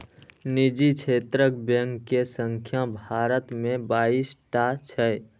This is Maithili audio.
निजी क्षेत्रक बैंक के संख्या भारत मे बाइस टा छै